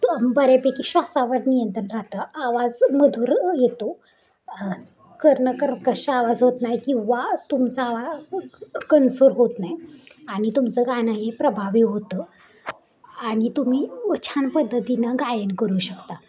तर बऱ्यापैकी श्वासावर नियंत्रण राहतं आवाज मधुर येतो करणं कर्कश आवाज होत नाही की वा तुमचा आवा कणसूर होत नाही आणि तुमचं गाणं हे प्रभावी होतं आणि तुम्ही छान पद्धतीनं गायन करू शकता